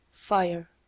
FIRE